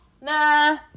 Nah